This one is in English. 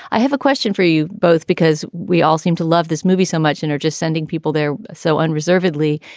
i have a question for you both, because we all seem to love this movie so much and are just sending people there so unreservedly.